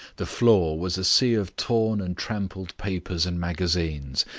the floor was a sea of torn and trampled papers and magazines,